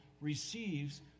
receives